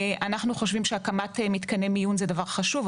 אנחנו חושבים שהקמת מתקני מיון זה דבר חשוב,